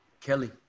Kelly